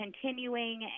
continuing